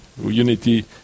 unity